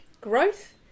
growth